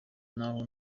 n’aho